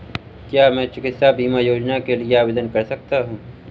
क्या मैं चिकित्सा बीमा योजना के लिए आवेदन कर सकता हूँ?